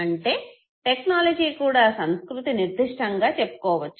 అంటే టెక్నాలజీ కూడా సంస్కృతి నిర్దిష్టంగా చెప్పుకోవచ్చు